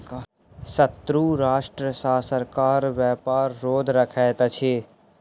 शत्रु राष्ट्र सॅ सरकार व्यापार रोध रखैत अछि